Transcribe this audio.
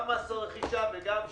גם מס רכישה וגם שבח?